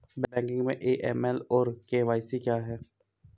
Banking में AML और KYC क्या हैं?